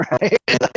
right